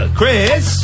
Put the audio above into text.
Chris